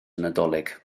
nadolig